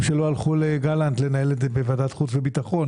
טוב שלא הלכו לגלנט לנהל את זה בוועדת חוץ וביטחון